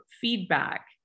feedback